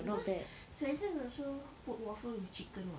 because swensen also put waffle with chicken [what]